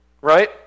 right